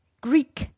Greek